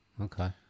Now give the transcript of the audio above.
Okay